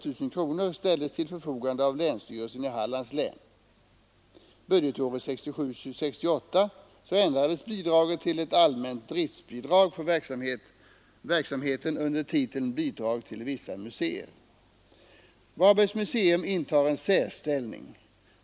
Varbergs museum intar en särställning.